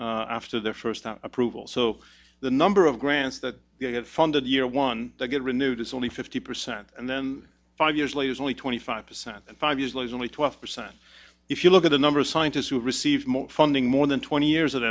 renewed after the first time approval so the number of grants that get funded year one get renewed is only fifty percent and then five years later is only twenty five percent five years later only twelve percent if you look at the number of scientists who receive more funding more than twenty years a